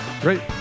Great